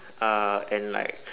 uh and like